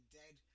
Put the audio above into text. dead